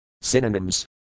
Synonyms